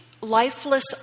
lifeless